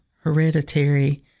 hereditary